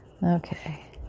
Okay